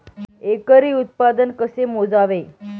एकरी उत्पादन कसे मोजावे?